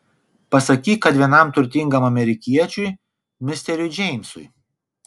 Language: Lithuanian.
pasakyk kad vienam turtingam amerikiečiui misteriui džeimsui